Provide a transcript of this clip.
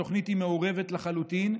התוכנית היא מעורבת לחלוטין,